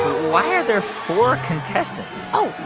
why are there four contestants? oh,